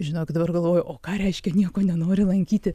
žinot dabar galvoju o ką reiškia nieko nenori lankyti